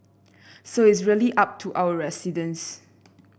so it's really up to our residents